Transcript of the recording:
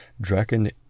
Draken